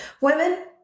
Women